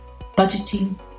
Budgeting